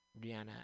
Rihanna